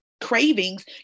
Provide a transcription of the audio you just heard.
cravings